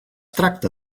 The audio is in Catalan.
tracta